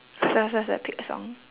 faster faster faster pick a song